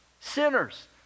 Sinners